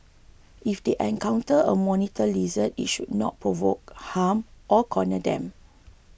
if they encounter a monitor lizard they should not provoke harm or corner them